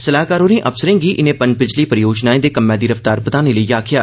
सलाहकार होरें अफसरें गी इनें पन बिजली परियोजनाएं दे कम्मै दी रफ्तार बधाने लेई आक्खेया